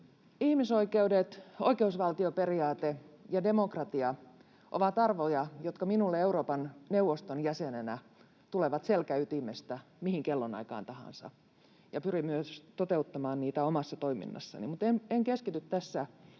Ihmisoikeudet, oikeusvaltioperiaate ja demokratia ovat arvoja, jotka minulle Euroopan neuvoston jäsenenä tulevat selkäytimestä mihin kellonaikaan tahansa, ja pyrin myös toteuttamaan niitä omassa toiminnassani. Mutta en keskity tässä